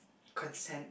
consent